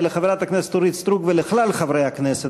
לחברת הכנסת אורית סטרוק ולכלל חברי הכנסת